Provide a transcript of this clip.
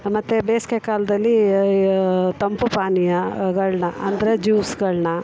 ಮತ್ತು ಬೇಸ್ಗೆ ಕಾಲದಲ್ಲಿ ತಂಪು ಪಾನೀಯ ಗಳನ್ನ ಅಂದರೆ ಜ್ಯೂಸ್ಗಳನ್ನ